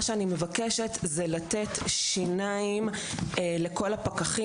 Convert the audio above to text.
מה שאני מבקשת זה לתת שיניים לכל הפקחים